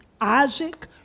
Isaac